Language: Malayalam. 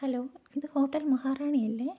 ഹലോ ഇത് ഹോട്ടൽ മഹാറാണിയല്ലേ